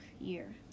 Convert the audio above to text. year